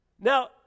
Now